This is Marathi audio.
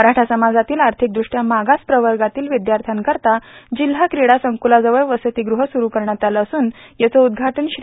मराठा समाजातील आर्थिकदृष्ट्या मागास प्रवर्गातील विद्यार्थ्यांकरिता जिल्हा क्रीडा संक्लजवळ वसतिगृह सुरू करण्यात आलं असून याचं उद्घाटन श्री